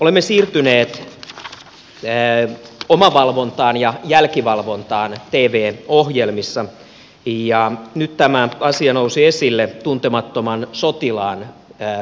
olemme siirtyneet omavalvontaan ja jälkivalvontaan tv ohjelmissa ja nyt tämä asia nousi esille tuntemattoman sotilaan kohdalla